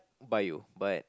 Bio but